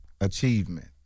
achievement